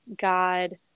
God